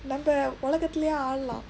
நம்ம உலகத்தே ஆளலாம்:namma ulakathe aalalaam